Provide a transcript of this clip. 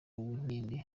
uwinkindi